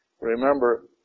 Remember